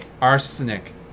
Arsenic